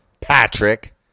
Patrick